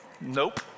Nope